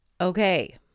Okay